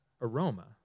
aroma